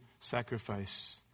sacrifice